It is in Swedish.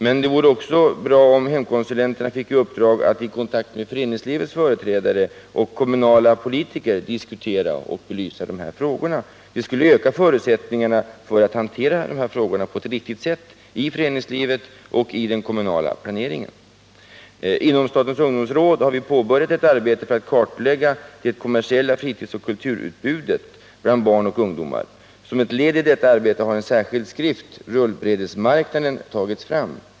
Men det vore också bra om hemkonsulenterna fick i uppdrag att diskutera dessa frågor med föreningslivets företrädare och med kommunalpolitiker och därvid ge frågorna en allsidig belysning. Det skulle öka förutsättningarna för att de här frågorna blir hanterade på ett riktigt sätt i föreningslivet och i den kommunala planeringen. I statens ungdomsråd har vi påbörjat ett arbete för att kartlägga det kommersiella fritidsoch kulturutbudet bland barn och ungdomar. Som ett led i detta arbete har en särskild skrift — Rullbrädesmarknaden — tagits fram.